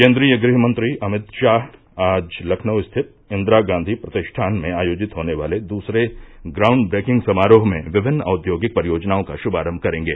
केन्द्रीय गृह मंत्री अमित शाह आज लखनऊ स्थित इंदिरा गांवी प्रतिष्ठान में आयोजित होने वाले दूसरे ग्रारंड प्रेकिंग समारोह में विमिन्न औद्योगिक परियोजनाओं का श्मारम्म करेंगे